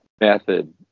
method